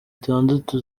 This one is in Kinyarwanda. itandatu